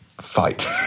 fight